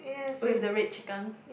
with the red chicken